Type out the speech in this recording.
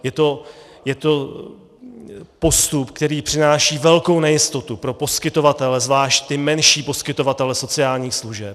Je to postup, který přináší velkou nejistotu pro poskytovatele, zvláště ty menší poskytovatele sociálních služeb.